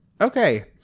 Okay